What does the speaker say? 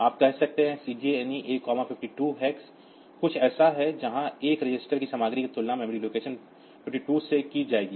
आप कह सकते हैं कि CJNE A52hex कुछ ऐसा है जहाँ एक रजिस्टर की सामग्री की तुलना मेमोरी लोकेशन 52 से की जाएगी